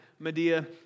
Medea